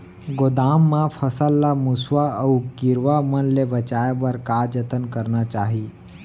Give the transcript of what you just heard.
गोदाम मा फसल ला मुसवा अऊ कीरवा मन ले बचाये बर का जतन करना चाही?